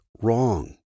wrong